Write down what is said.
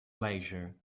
leisure